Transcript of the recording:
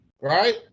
Right